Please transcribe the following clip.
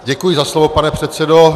Děkuji za slovo, pane předsedo.